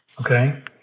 Okay